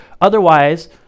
Otherwise